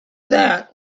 that